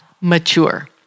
mature